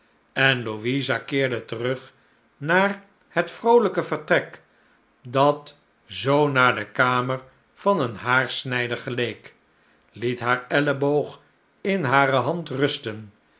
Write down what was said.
en louisa keerde terug naar het vroolijke vertrek dat zoo naar de kamer van een haarsnijder geleek liet haar elleboog in hare hand rusten